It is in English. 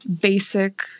basic